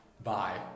Bye